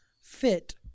fit